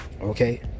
Okay